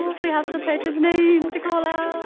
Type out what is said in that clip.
we have some patrons' names to call out.